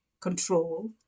control